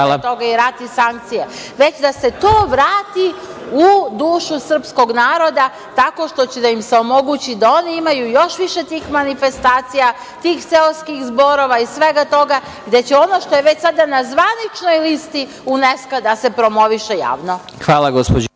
i sankcije, već da se to vrati u dušu srpskog naroda, tako što će da im se omogući da oni imaju još više tih manifestacija, tih seoskih zborova i svega toga, gde će ono što je već sada na zvaničnoj listi UNESKO-a da se promoviše javno. **Vladimir